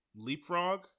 leapfrog